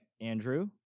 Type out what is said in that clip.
Andrew